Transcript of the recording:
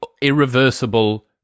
irreversible